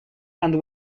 and